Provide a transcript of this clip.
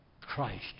Christ